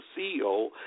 CEO